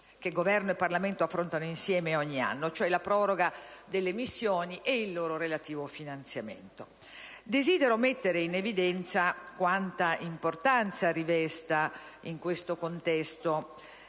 sono chiamati ad affrontare insieme ogni anno, cioè la proroga delle missioni ed il loro relativo finanziamento. Desidero mettere in evidenza quanta importanza rivesta in questo contesto